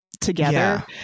together